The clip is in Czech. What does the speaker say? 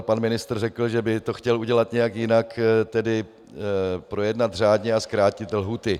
Pan ministr řekl, že by to chtěl udělat nějak jinak, tedy projednat řádně a zkrátit lhůty.